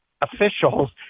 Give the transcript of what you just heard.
officials